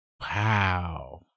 Wow